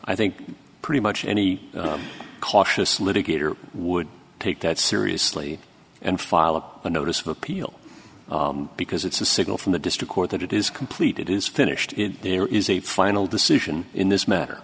i think pretty much any cautious litigator would take that seriously and file a notice of appeal because it's a signal from the district court that it is complete it is finished there is a final decision in this matter